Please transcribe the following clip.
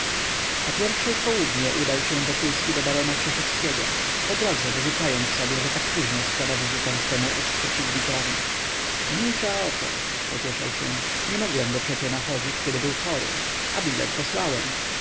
o pierwszej w południe udał się wokulski do barona krzeszowskiego po drodze wyrzucając sobie że tak późno składa wizytę swojemu ex-przeciwnikowi mniejsza o to pocieszał się nie mogłem go przecie nachodzić kiedy był chory a bilet posłałem